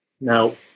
Now